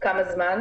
כמה זמן,